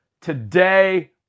Today